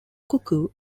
cuckoo